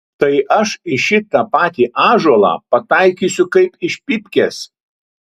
tai aš į šitą patį ąžuolą pataikysiu kaip iš pypkės